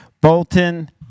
Bolton